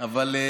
אותה,